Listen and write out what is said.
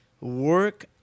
work